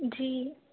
جی